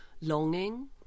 longing